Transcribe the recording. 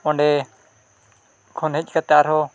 ᱚᱸᱰᱮ ᱠᱷᱚᱱ ᱦᱮᱡ ᱠᱟᱛᱮᱫ ᱟᱨᱦᱚᱸ